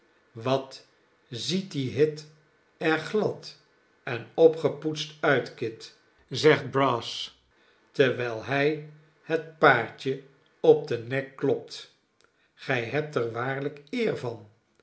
wat ziet die hit er glad en opgepoetst uit kit zegt brass terwijl hij het paardje op den nek klopt gij hebt er waarlijk eer